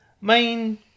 main